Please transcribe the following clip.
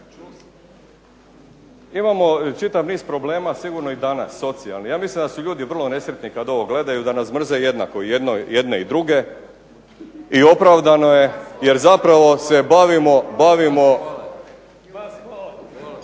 Imamo čitav niz problema sigurno i danas socijalni. Ja mislim da su ljudi vrlo nesretni kad ovo gledaju, da nas mrze jednako i jedne i druge i opravdano je jer zapravo se bavimo nečim što u ovom